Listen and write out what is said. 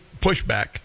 pushback